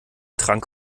trank